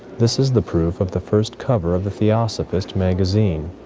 this is the proof of the first cover of the theosophist magazine.